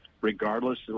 regardless